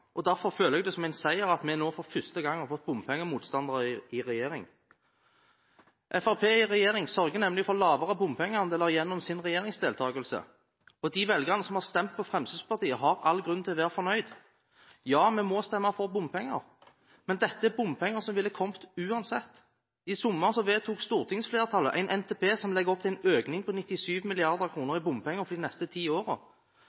og derfor føler jeg det som en seier at vi nå for første gang har fått bompengemotstandere i regjering. Fremskrittspartiet i regjering sørger nemlig for lavere bompengeandeler gjennom sin regjeringsdeltagelse. De velgerne som har stemt på Fremskrittspartiet, har all grunn til å være fornøyd. Ja, vi må stemme for bompenger, men dette er bompenger som ville kommet uansett. I sommer vedtok stortingsflertallet en NTP som legger opp til en økning på 97